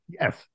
yes